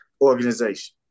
organization